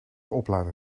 oplader